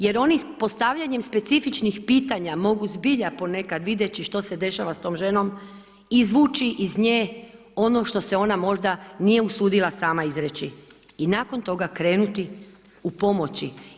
Jer oni postavljanjem specifičnih pitanja mogu zbilja ponekad vidjeti što se dešava s tom ženom, izvući iz nje ono što se ona možda nije usudila sama izreći i nakon toga krenuti u pomoći.